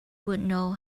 know